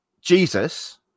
Jesus